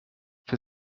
für